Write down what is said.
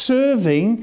serving